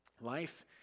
Life